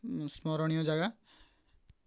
ସ୍ମରଣୀୟ ଜାଗା